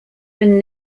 been